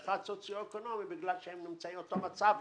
ו-1 סוציו אקונומי בגלל שהם נמצאים באותו מצב,